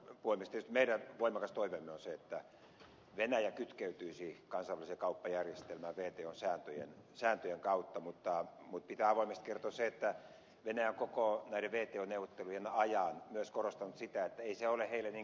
tietysti meidän voimakas toiveemme on se että venäjä kytkeytyisi kansainväliseen kauppajärjestelmään wton sääntöjen kautta mutta pitää avoimesti kertoa se että venäjä on koko näiden wto neuvottelujen ajan myös korostanut sitä että ei se ole heille niin kauhean tärkeä asia